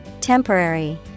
Temporary